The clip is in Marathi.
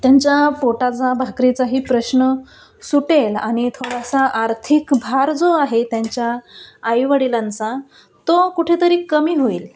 त्यांच्या पोटाचा भाकरीचाही प्रश्न सुटेल आणि थोडासा आर्थिक भार जो आहे त्यांच्या आई वडिलांचा तो कुठेतरी कमी होईल